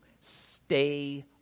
stay